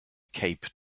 cape